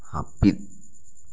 ᱦᱟᱯᱤᱫ